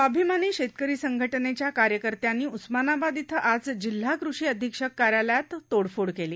स्वाभीमानी शेतकरी संघटनेच्या कार्यकर्त्यांनी उस्मानाबाद इथं आज जिल्हा कृषी अधिक्षक कार्यालयात आज तोडफोड केली